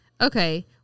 Okay